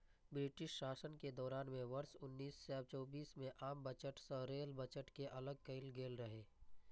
British शासन के दौर मे वर्ष उन्नैस सय चौबीस मे आम बजट सं रेल बजट कें अलग कैल गेल रहै